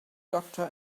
doctor